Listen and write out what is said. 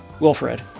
Wilfred